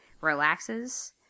relaxes